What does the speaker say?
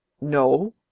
No